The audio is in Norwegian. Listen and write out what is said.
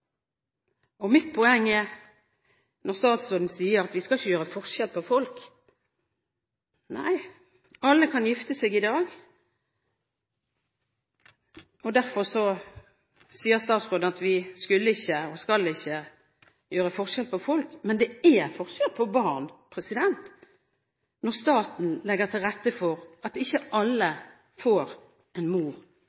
Mitt poeng når statsråden sier at vi ikke skal gjøre forskjell på folk – nei, alle kan gifte seg i dag – er at det er forskjell på barn når staten legger til rette for at ikke alle får en mor og en far. Så er